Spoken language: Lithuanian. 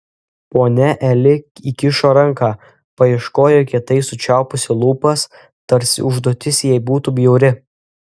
ponia eli įkišo ranką paieškojo kietai sučiaupusi lūpas tarsi užduotis jai būtų bjauri